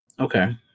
Okay